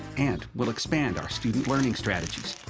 and we'll expand our student learning strategies.